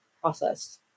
process